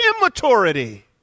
immaturity